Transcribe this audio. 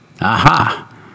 Aha